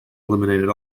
eliminated